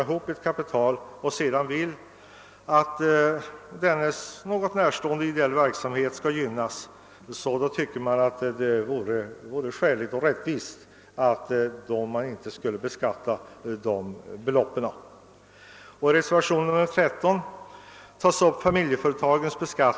I reservationen 13 tas upp kapitalbeskattningen för familjeföretag.